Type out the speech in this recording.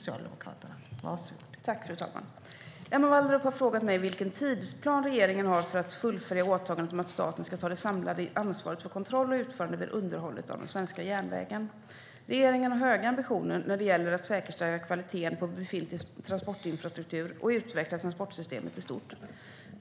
Fru talman! Emma Wallrup har frågat mig vilken tidsplan regeringen har för att fullfölja åtagandet om att staten ska ta det samlade ansvaret för kontroll och utförande vid underhållet av den svenska järnvägen. Regeringen har höga ambitioner när det gäller att säkerställa kvaliteten på befintlig transportinfrastruktur och utveckla transportsystemet i stort.